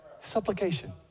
supplication